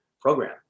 program